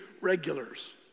regulars